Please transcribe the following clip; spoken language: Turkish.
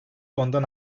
ondan